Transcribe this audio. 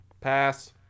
Pass